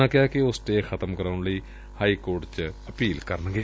ਉਨ੍ਹਾਂ ਕਿਹਾ ਕਿ ਉਹ ਸਟੇਅ ਖਤਮ ਕਰਾਉਣ ਲਈ ਹਾਈ ਕੋਰਟ ਚ ਅਪੀਲ ਕਰਨਗੇ